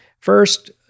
First